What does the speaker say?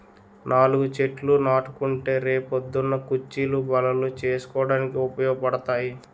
నాలుగు చెట్లు నాటుకుంటే రే పొద్దున్న కుచ్చీలు, బల్లలు చేసుకోడానికి ఉపయోగపడతాయి